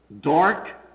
dark